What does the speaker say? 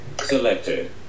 selected